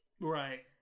Right